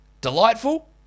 Delightful